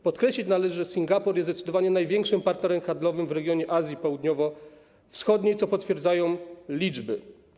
Podkreślić należy, że Singapur jest zdecydowanie największym partnerem handlowym w regionie Azji Południowo-Wschodniej, co potwierdzają liczby.